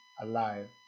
alive